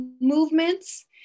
movements